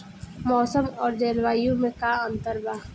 मौसम और जलवायु में का अंतर बा?